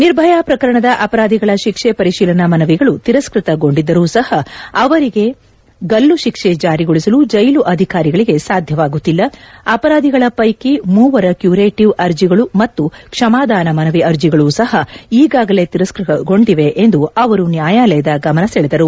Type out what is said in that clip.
ನಿರ್ಭಯಾ ಪ್ರಕರಣದ ಅಪರಾಧಿಗಳ ಶಿಕ್ಷೆ ಪರಿಶೀಲನಾ ಮನವಿಗಳು ತಿರಸ್ಕೃತಗೊಂಡಿದ್ದರೂ ಸಹ ಅವರಿಗೆ ಗಲ್ಲು ಶಿಕ್ಷೆ ಜಾರಿಗೊಳಿಸಲು ಜ್ಟೆಲು ಅಧಿಕಾರಿಗಳಿಗೆ ಸಾಧ್ಯವಾಗುತ್ತಿಲ್ಲ ಅಪರಾಧಿಗಳ ಪೈಕಿ ಮೂವರ ಕ್ಯೂರೇಟಿವ್ ಅರ್ಜಿಗಳು ಮತ್ತು ಕ್ಷಮಾದಾನ ಮನವಿ ಅರ್ಜಿಗಳೂ ಸಹ ಈಗಾಗಲೇ ತಿರಸ್ಕೃತಗೊಂಡಿವೆ ಎಂದು ಅವರು ನ್ಯಾಯಾಲಯದ ಗಮನ ಸೆಳೆದರು